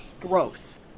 Gross